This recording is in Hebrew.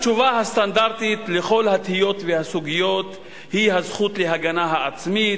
התשובה הסטנדרטית על כל התהיות והסוגיות היא הזכות להגנה עצמית,